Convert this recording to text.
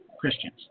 Christians